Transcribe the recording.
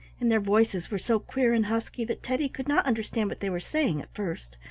and their voices were so queer and husky that teddy could not understand what they were saying at first.